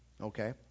Okay